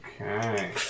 Okay